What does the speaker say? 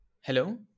Hello